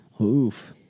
Oof